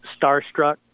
starstruck